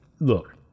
look